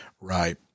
Right